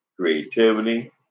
creativity